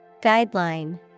Guideline